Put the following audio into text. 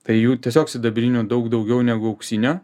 tai jų tiesiog sidabrinių daug daugiau negu auksinio